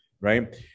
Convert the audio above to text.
right